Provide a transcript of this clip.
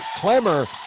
Clemmer